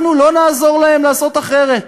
אנחנו לא נעזור להם לעשות אחרת.